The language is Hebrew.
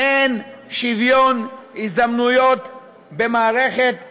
אין שוויון הזדמנויות במערכת החינוך,